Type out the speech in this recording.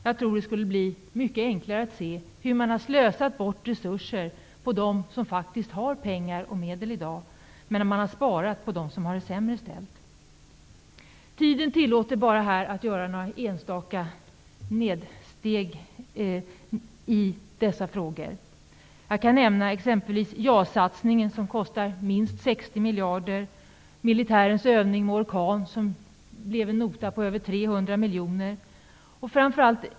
Jag tror att det skulle bli mycket enklare att se hur man har slösat bort resurser på dem som faktiskt har pengar och medel i dag, medan man har sparat på dem som har det sämre ställt. Tiden tillåter bara några enstaka nedslag bland dessa frågor. Jag kan exempelvis nämna JAS satsningen, som kostar minst 60 miljarder. För militärens övning Orkan blev notan över 300 miljoner.